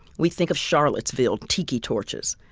we think of charlottesville, tiki torches,